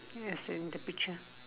as in the picture